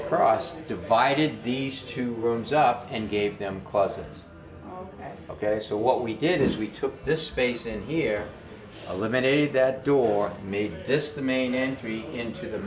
across dividing these two rooms up and gave them closets ok so what we did is we took this space in here eliminate that door made this the main entry into the